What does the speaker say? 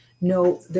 No